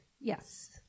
yes